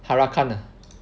Huracan ah